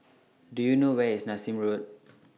Do YOU know Where IS Nassim Road